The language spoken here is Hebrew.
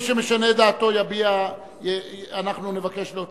שמשנה את דעתו אנחנו נבקש להוציא אותו?